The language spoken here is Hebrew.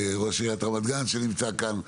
ראש עיריית רמת גן שנמצא כאן,